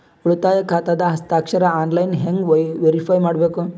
ಉಳಿತಾಯ ಖಾತಾದ ಹಸ್ತಾಕ್ಷರ ಆನ್ಲೈನ್ ಹೆಂಗ್ ವೇರಿಫೈ ಮಾಡಬೇಕು?